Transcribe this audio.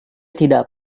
tidak